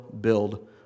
build